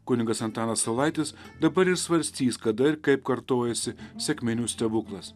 kunigas antanas saulaitis dabar ir svarstys kada ir kaip kartojasi sekminių stebuklas